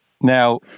Now